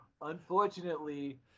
Unfortunately